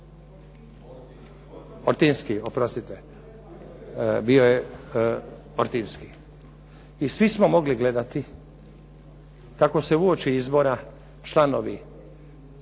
Ortinski, oprostite. I svi smo mogli gledati kako se uoči izbora članovi,